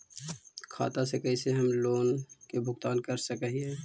खाता से कैसे हम लोन के भुगतान कर सक हिय?